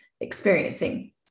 experiencing